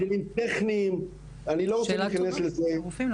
יש הבדלים טכניים ואני לא רוצה להיכנס אליהם.